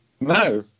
No